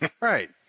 Right